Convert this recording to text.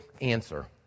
answer